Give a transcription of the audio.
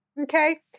Okay